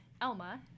elma